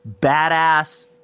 badass